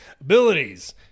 Abilities